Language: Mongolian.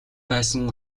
байсан